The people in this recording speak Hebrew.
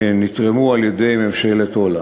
הם נתרמו על-ידי ממשלת הולנד.